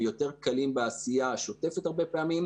הם יותר קלים בעשייה השוטפת הרבה פעמים,